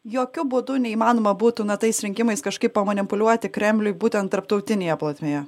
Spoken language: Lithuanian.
jokiu būdu neįmanoma būtų na tais rinkimais kažkaip pamanipuliuoti kremliui būtent tarptautinėje plotmėje